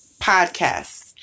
podcast